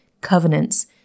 covenants